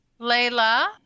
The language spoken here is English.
Layla